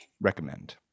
recommend